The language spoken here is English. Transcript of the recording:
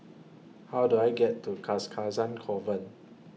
How Do I get to Cars Casa Convent